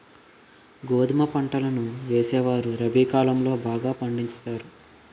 గోధుమ పంటలను వేసేవారు రబి కాలం లో బాగా పండించుతారు